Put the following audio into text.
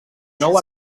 nou